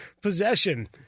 possession